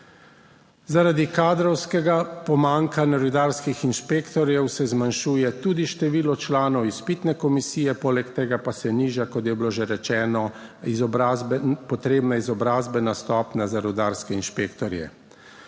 Zaradi kadrovskega pomanjkanja rudarskih inšpektorjev se zmanjšuje tudi število članov izpitne komisije, poleg tega pa se niža, kot je bilo že rečeno, izobrazbe, potrebna izobrazbena stopnja za rudarske inšpektorje.